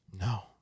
No